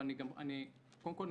קודם כול,